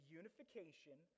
unification